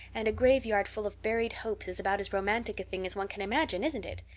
and a graveyard full of buried hopes is about as romantic a thing as one can imagine isn't it?